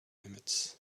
emits